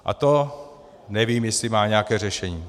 A to nevím, jestli má nějaké řešení.